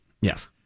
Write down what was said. Yes